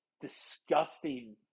disgusting